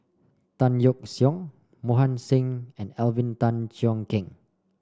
Tan Yeok Seong Mohan Singh and Alvin Tan Cheong Kheng